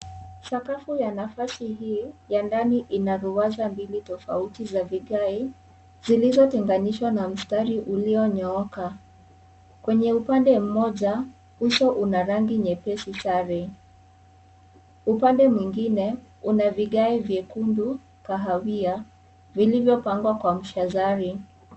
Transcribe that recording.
Sakafu ya nafasi hii ya ndani lina ruanza mbili tofauti za vigai zilizotenganishwa na mistati uliyonyooka kwenye upande mmoja uso una rangi nyepesi sare , upande mwingine kuna vigai vyekundu kahawia vilivyopangwa kwa mshazari.